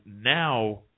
now